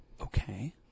okay